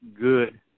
good